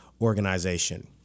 organization